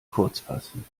kurzfassen